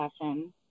session